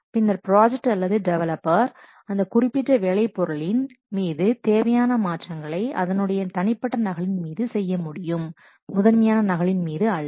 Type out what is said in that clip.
பின்னர் ப்ராஜெக்ட் அல்லது டெவலப்பர் அந்த குறிப்பிட்ட வேலை பொருளின் மீது தேவையான மாற்றங்களை அதனுடைய தனிப்பட்ட நகலின் மீது செய்ய முடியும் முதன்மையான நகலின் மீது அல்ல